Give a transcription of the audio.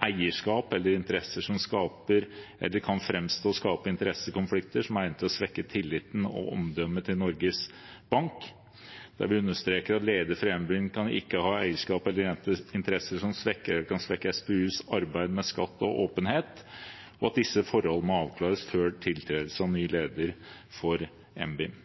eierskap eller interesser som skaper eller kan framstå som å skape interessekonflikter som er egnet til svekke tilliten og omdømmet til Norges Bank. Vi understreker også at lederen for NBIM ikke kan ha eierskap eller interesser som svekker eller kan svekke SPUs arbeid med skatt og åpenhet, og at disse forholdene må avklares før tiltredelse av ny leder for NBIM.